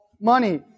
money